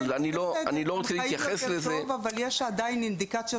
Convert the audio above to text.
אבל אני רוצה להתייחס לזה --- אבל יש עדיין אינדיקציות